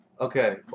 Okay